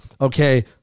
Okay